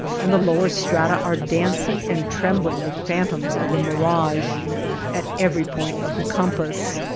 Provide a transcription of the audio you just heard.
and the lower strata are dancing and trembling with phantoms of the mirage at every point of the compass.